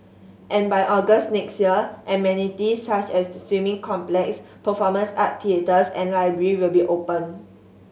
and by August next year amenities such as the swimming complex performance art theatres and library will be open